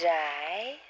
die